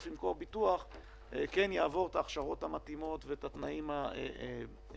ימכור ביטוח יעבור את ההכשרות המתאימות ואת התנאים הראויים.